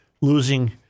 losing